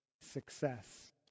success